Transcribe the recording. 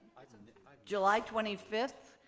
july twenty five,